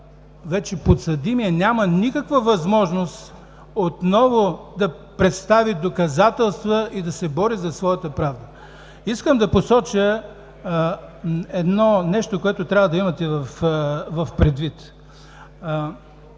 това подсъдимият няма вече никаква възможност отново да представи доказателства и да се бори за своята правда. Искам да посоча нещо, което трябва да имате предвид.